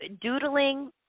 doodling